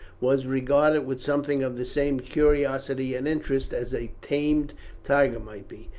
was regarded with something of the same curiosity and interest as a tamed tiger might be.